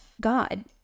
God